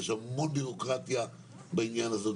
יש המון בירוקרטיה בעניין הזה,